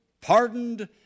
pardoned